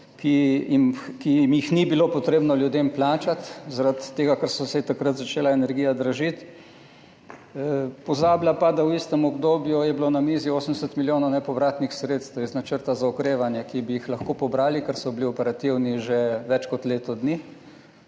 ki jih ni bilo potrebno ljudem plačati, zaradi tega ker se je takrat začela energija dražiti, pozablja pa, da je bilo v istem obdobju na mizi 80 milijonov nepovratnih sredstev iz načrta za okrevanje, ki bi jih lahko pobrali, ker so bili operativni že več kot leto dni,